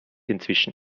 inzwischen